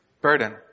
burden